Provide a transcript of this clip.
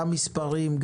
גם מספרים,